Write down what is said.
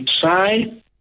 try